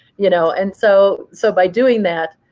you know and so so by doing that,